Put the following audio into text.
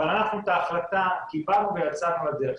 אבל את ההחלטה אנחנו קיבלנו ויצאנו לדרך.